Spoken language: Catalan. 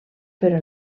però